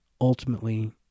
ultimately